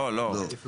לא, לא.